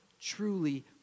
truly